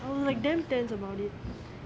I'm like damn tense about it